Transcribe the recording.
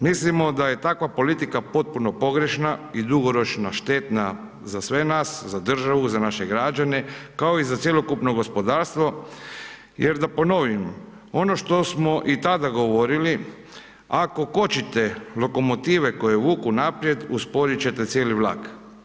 Mislimo da je takva politika potpuno pogrešna i dugoročno štetna za sve nas za državu za naše građane, kao i cjelokupno gospodarstvo, jer da ponovim, ono što smo i tada govorili, ako kočite lokomotive koje vuku naprijed, usporiti ćete cijeli vlak.